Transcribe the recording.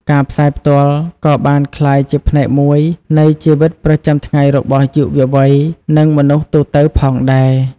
ការផ្សាយផ្ទាល់ក៏បានក្លាយជាផ្នែកមួយនៃជីវិតប្រចាំថ្ងៃរបស់យុវវ័យនិងមនុស្សទូទៅផងដែរ។